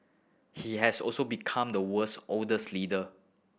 he has also become the world's oldest leader